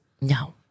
No